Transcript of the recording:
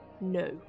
No